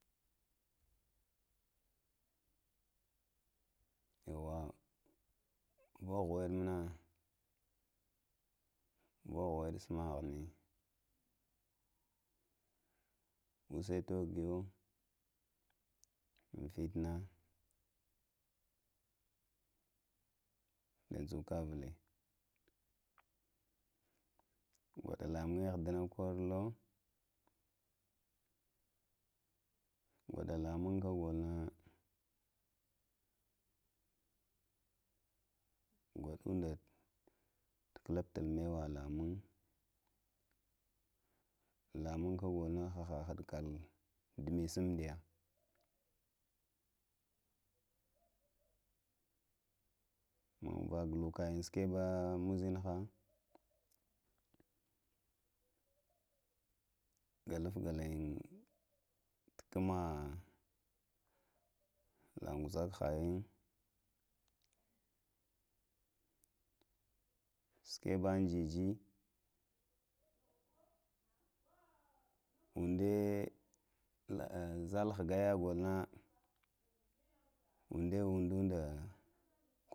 Yanwa vuho waɗe muna, vhuho weɗe suma ghunə gaisuywa tohgayo in fitina da dzuka ghule gwaɗa lamunŋ aghdəna korolo gwoɗa lamunŋ ka golona gwaɗənda lfta mewa laumunŋ, lamung kagolona haha haha hadkələ duməsudiya maŋ vah goloka mukŋ uzinha galufgalayin tuh kuma la ghzəkuhayən sukəɓə jəyə onɗe zale haghgawa golo na nɗe indənɗa.